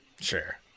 Sure